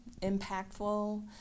impactful